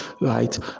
right